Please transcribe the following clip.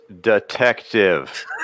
detective